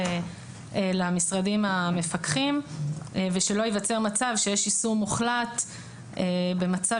למשרדים המפקחים ושלא ייווצר מצב שיש איסור מוחלט במצב